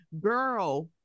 girl